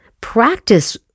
Practice